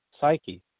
psyche